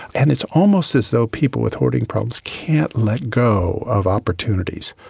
and it's almost as though people with hoarding problems can't let go of opportunities.